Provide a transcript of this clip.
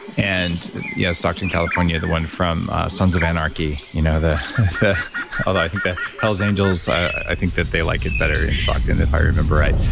and yeah, stockton, california, the one from sons of anarchy. you know although i think the hells angels, i think that they like it better in stockton, if i remember right.